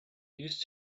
used